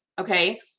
Okay